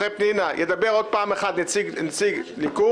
אחרי פנינה ידבר עוד נציג ליכוד,